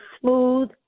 smooth